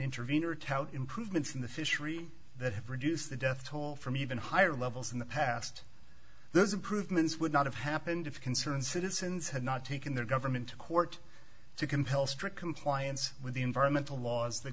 intervene are tout improvements in the fishery that have reduced the death toll from even higher levels in the past those improvements would not have happened if concerned citizens had not taken their government to court to compel strict compliance with the environmental laws that